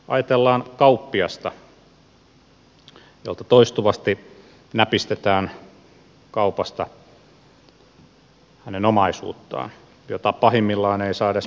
ajatellaan kauppiasta jolta toistuvasti näpistetään kaupasta hänen omaisuuttaan jota pahimmillaan ei saa edes myyntikuntoisena takaisin